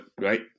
Right